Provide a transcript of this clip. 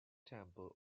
temple